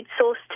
source